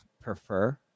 prefer